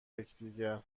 یکدیگر